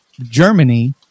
Germany